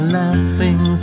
laughing